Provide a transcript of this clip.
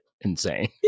insane